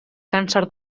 càncer